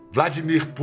Vladimir